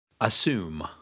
Assume